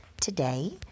Today